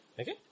Okay